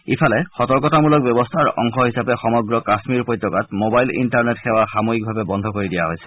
ইফালে সতৰ্কতামূলক ব্যৱস্থাৰ অংশ হিচাপে সমগ্ৰ কাশ্মীৰ উপত্যাকত মবাইল ইণ্টাৰনেট সেৱা সাময়িকভাৱে বন্ধ কৰি দিয়া হৈছে